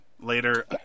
later